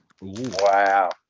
Wow